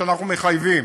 שאנחנו מחייבים.